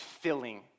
filling